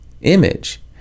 image